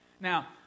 Now